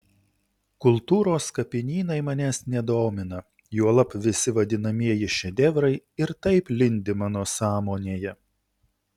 kultūros kapinynai manęs nedomina juolab visi vadinamieji šedevrai ir taip lindi mano sąmonėje